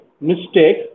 mistake